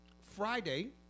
Friday